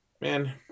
Man